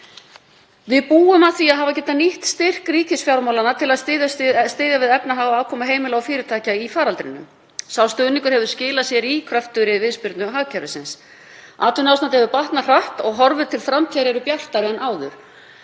Við búum að því að hafa getað nýtt styrk ríkisfjármálanna til að styðja við efnahag og afkomu heimila og fyrirtækja í faraldrinum. Sá stuðningur hefur skilað sér í kröftugri viðspyrnu hagkerfisins. Atvinnuástandið hefur batnað hratt og horfur til framtíðar eru bjartari en áður.